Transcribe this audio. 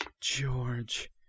George